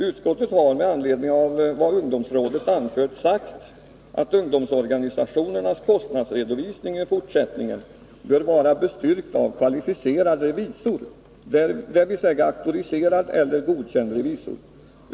Utskottet har med anledning av vad ungdomsrådet anfört sagt att ungdomsorganisationernas kostnadsredovisning i fortsättningen bör vara bestyrkt av kvalificerad revisor, dvs. auktoriserad eller godkänd revisor.